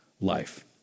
life